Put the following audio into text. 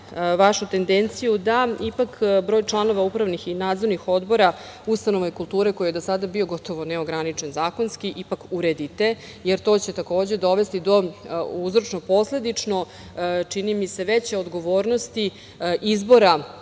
vašu tendenciju da broj članova i nadzornih odbora ustanova kulture, koji je do sada bio gotovo neograničen zakonski ipak uredite. To će takođe dovesti do uzročno-posledično, čini mi se, veće odgovornosti izbora